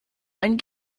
ein